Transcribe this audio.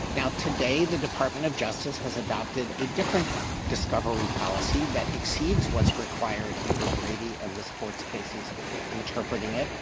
now today, the department of justice has adopted a different discovery policy that exceeds what's required under brady and this courts cases interpreting it.